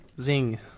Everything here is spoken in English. Zing